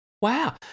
Wow